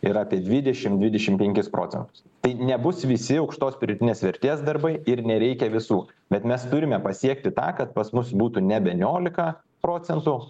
yra apie dvidešim dvidešim penkis procentus tai nebus visi aukštos pridėtinės vertės darbai ir nereikia visų bet mes turime pasiekti tą kad pas mus būtų nebe niolika procentų